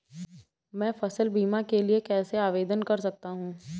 मैं फसल बीमा के लिए कैसे आवेदन कर सकता हूँ?